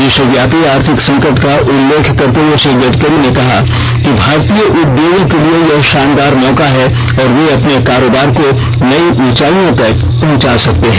विश्वव्यापी आर्थिक संकट का उल्लेख करते हुए श्री गड़करी ने कहा कि भारतीय उद्योगों के लिए यह शानदार मौका है और वे अपने कारोबार को नई ऊंचाईयों तक पहुंचा सकते हैं